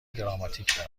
دراماتیک